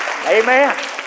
Amen